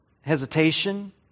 hesitation